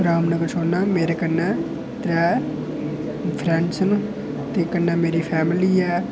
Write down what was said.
रामनगर छोड़ना मेरे कन्नै त्रैऽ फ्रैंडस न ते कन्नै मेरी फैमिली ऐ